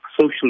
social